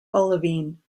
olivine